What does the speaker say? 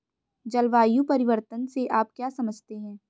जलवायु परिवर्तन से आप क्या समझते हैं?